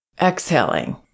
Exhaling